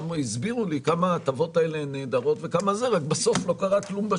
הסבירו לי כמה ההטבות האלה הן נהדרות אבל בסוף בשטח לא קרה כלום.